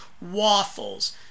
waffles